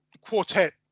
quartet